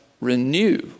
renew